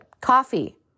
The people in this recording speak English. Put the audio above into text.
coffee